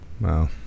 wow